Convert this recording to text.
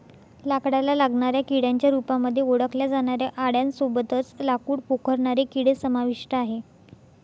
लाकडाला लागणाऱ्या किड्यांच्या रूपामध्ये ओळखल्या जाणाऱ्या आळ्यां सोबतच लाकूड पोखरणारे किडे समाविष्ट आहे